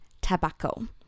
tobacco